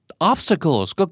Obstacles